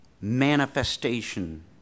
manifestation